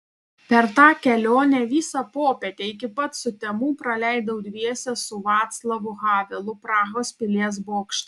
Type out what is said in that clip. per tą kelionę visą popietę iki pat sutemų praleidau dviese su vaclavu havelu prahos pilies bokšte